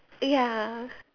eh ya